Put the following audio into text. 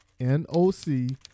NOC